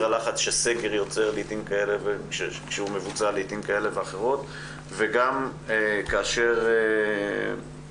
הלחץ שסגר יוצר כשהוא מבוצע לעתים כאלה ואחרות וגם כאשר יש